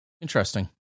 Interesting